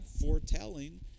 foretelling